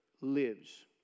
lives